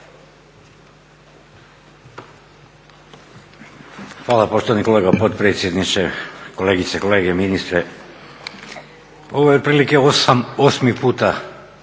Hvala poštovani kolega potpredsjedniče. Kolegice i kolege, ministre. Ovo je otprilike osmi puta